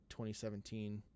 2017